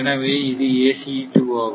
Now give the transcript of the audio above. எனவே இது ACE 2 ஆகும்